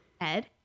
Ed